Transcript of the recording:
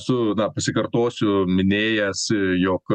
esu na pasikartosiu minėjęs jog